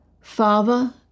Father